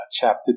chapter